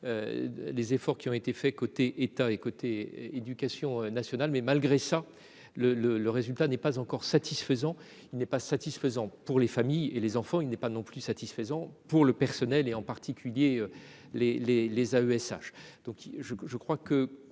Les efforts qui ont été fait côté État et côté Éducation nationale, mais malgré ça le le le résultat n'est pas encore satisfaisant, il n'est pas satisfaisant pour les familles et les enfants, il n'est pas non plus satisfaisant pour le personnel et en particulier les les les AESH donc je je crois que